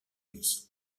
uni